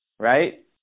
right